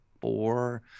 four